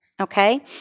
Okay